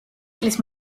წლის